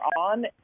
on